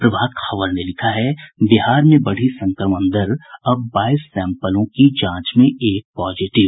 प्रभात खबर ने लिखा है बिहार में बढ़ी संक्रमण दर अब बाईस सैम्पलों की जांच में एक पॉजिटिव